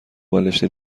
بالشت